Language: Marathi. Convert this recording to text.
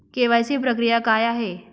के.वाय.सी प्रक्रिया काय आहे?